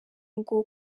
ngo